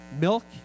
Milk